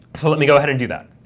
so let me go ahead and do that.